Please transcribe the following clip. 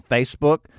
Facebook